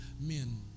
men